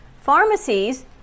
pharmacies